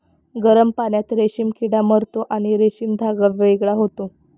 गरम पाण्यात रेशीम किडा मरतो आणि रेशीम धागा वेगळा होतो